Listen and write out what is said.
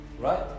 right